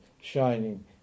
shining